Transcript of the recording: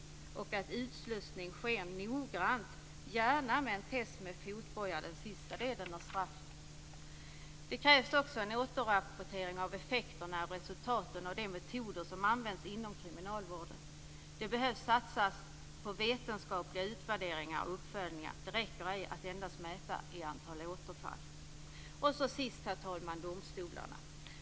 Det är viktigt att utslussning sker noggrant, gärna med test med fotboja den sista delen av straffet. Det krävs också en återrapportering av effekterna och resultatet av de metoder som används inom kriminalvården. Det behövs satsas på vetenskapliga utvärderingar och uppföljningar. Det räcker ej att endast mäta i antal återfall. Herr talman! Sist till frågan om domstolarna.